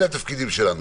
אלה התפקידים שלנו.